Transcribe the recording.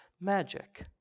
magic